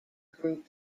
group